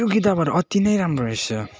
त्यो किताबहरू अति नै राम्रो रहेछ